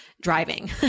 driving